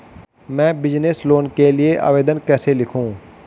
मैं business loan के लिए आवेदन कैसे लिखूँ?